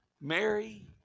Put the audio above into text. Mary